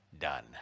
done